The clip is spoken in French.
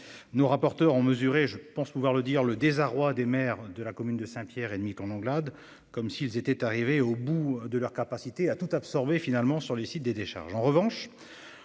Nous rapporteurs ont mesuré je pense pouvoir le dire le désarroi des maire de la commune de Saint Pierre et demi quand Langlade comme s'ils étaient arrivés au bout de leur capacité à tout absorbé finalement sur les sites des décharges